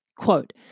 Quote